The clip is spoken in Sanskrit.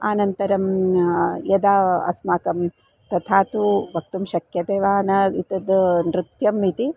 अनन्तरं यदा अस्माकं तथा तु वक्तुं शक्यते वा न एतद् नृत्यम् इति